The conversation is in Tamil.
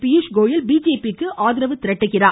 பியூஷ் கோயல் பிஜேபிக்கு ஆதரவு திரட்டுகிறார்